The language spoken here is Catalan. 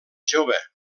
jove